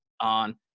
on